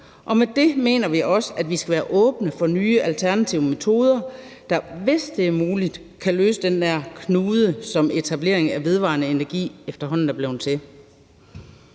Med det mener vi også, at vi skal være åbne for nye alternative metoder, der, hvis det er muligt, kan løse den der knude, som etablering af vedvarende energi efterhånden er blevet til.